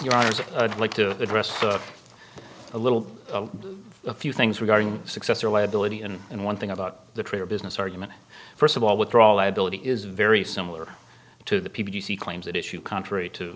i like to address a little of a few things regarding successor liability and and one thing about the trade or business argument first of all withdraw liability is very similar to the people you see claims that issue contrary to